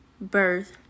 birth